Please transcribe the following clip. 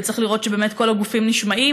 וצריך לראות שבאמת כל הגופים נשמעים,